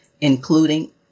including